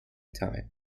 time